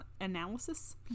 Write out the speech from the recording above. analysis